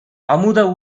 அமுத